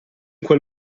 quel